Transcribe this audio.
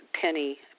Penny